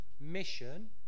mission